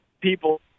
People